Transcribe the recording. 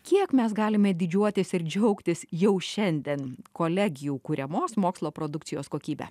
kiek mes galime didžiuotis ir džiaugtis jau šiandien kolegijų kuriamos mokslo produkcijos kokybe